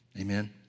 Amen